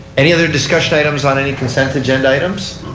any other discussion items on any consent agenda items?